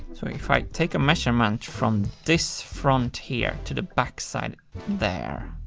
so if i take a measurement from this front here to the back side there.